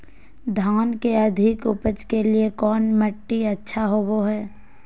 धान के अधिक उपज के लिऐ कौन मट्टी अच्छा होबो है?